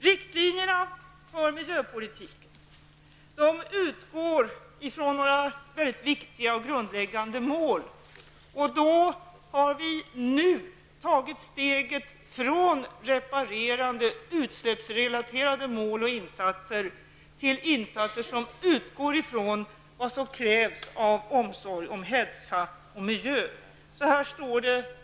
Riktlinjerna för miljöpolitiken utgår från några mycket viktiga och grundläggande mål. Vi har nu tagit steget från reparerande, utsläppsrelaterade mål och insatser till insatser som utgår från vad som krävs av omsorg om hälsa och miljö.